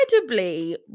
incredibly